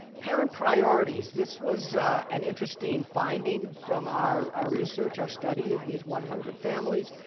parent priorities this was an interesting finding from our our research, our study of these one hundred families.